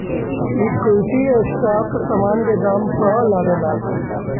equity stock समान के दाम पअ लागेला